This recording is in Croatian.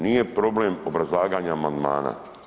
Nije problem obrazlaganje amandmana.